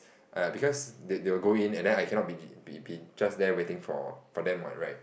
uh because they they will go in and then I cannot be be be just there waiting for them what right